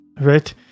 right